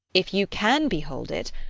if you can behold it,